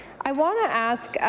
i want to ask